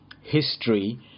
history